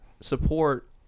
support